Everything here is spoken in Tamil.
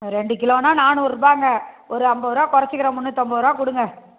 ரெண்டு கிலோன்னா நானூறுரூபாங்க ஒரு ஐம்பதுருவா குறச்சிக்கிறேன் முன்னுற்றம்பதுருவா கொடுங்க